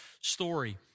story